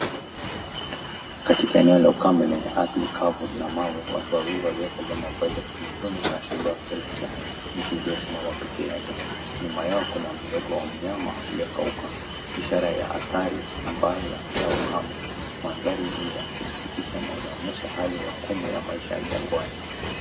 Katika eneo la ukame lenye ardhi kavu na mawe, watu wawili waliovalia mavazi ya kitamaduni wanatembea wakielekea mti uliosimama pekee yake. Nyuma yao kuna udongo wa unyama uliokauka ishara ya athari mbaya ya ukame. Maandhari ni ya kusikitisha na inaonyesha hali ya ugumu ya maisha ya jangwani.